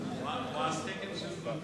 הוא על תקן של מבקר.